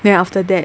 then after that